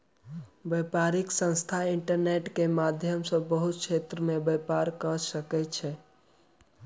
व्यापारिक संस्थान इंटरनेट के माध्यम सॅ बहुत क्षेत्र में व्यापार कअ सकै छै